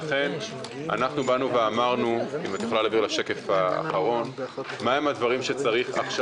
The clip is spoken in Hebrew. לכן אמרנו מהם הדברים שצריך עכשיו.